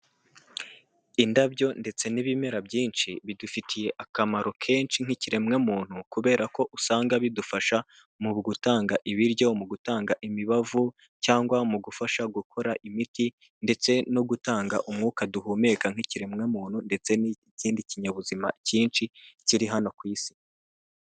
Indabyo ndetse n'ibimera byinshi, bidufitiye akamaro kenshi nk'ikiremwamuntu, kubera ko usanga bidufasha, mu gutanga ibiryo, mu gutanga imibavu, cyangwa mu gufasha gukora imiti, ndetse no gutanga umwuka duhumeka nk'ikiremwamuntu ndetse n'kindi kinyabuzima cyinshi kiri hano ku isi.